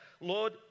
Lord